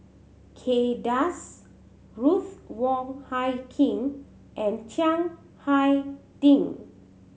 Kay Das Ruth Wong Hie King and Chiang Hai Ding